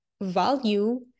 value